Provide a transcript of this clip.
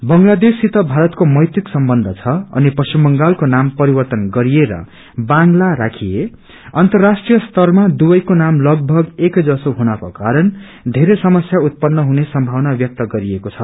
बंगलादेश सित भारतको मैत्रिक सम्बन्ध छ अनि पश्चिम बंगालको नाम परिवर्तन गरिएर बांगला राखिए अन्तराष्ट्रिय स्तरमा दुवैको नाम लगभग एकै जसो भएको कारण बेरै समस्या उत्पन्न हुने संभावना व्यक्त गरिएकोछ